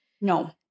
No